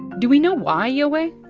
do we know why, yowei?